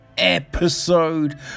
Episode